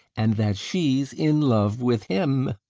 and that she's in love with him.